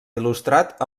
il·lustrat